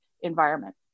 environment